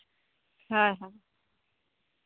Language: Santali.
ᱦᱮᱸ ᱦᱮᱸ